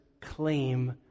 claim